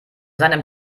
seinem